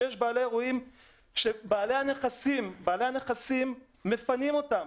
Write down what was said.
שיש בעלי אירועים שבעלי הנכסים מפנים אותם,